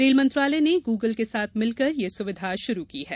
rail मंत्रालय ने Google के साथ मिलकर यह सुविधा शुरू की है